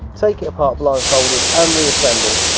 take it apart blind folded um reassemble.